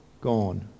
gone